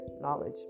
knowledge